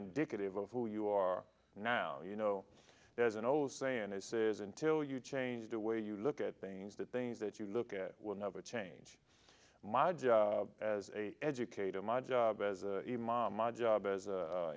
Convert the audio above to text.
indicative of who you are now you know there's an old saying i says until you change the way you look at things the things that you look at will never change my job as a educator my job as a mom my job as a